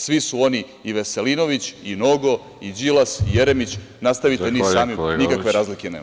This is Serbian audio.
Svi su oni i Veselinović i Nogo i Đilas i Jeremić, nastavite vi sami nikakve razlike nema.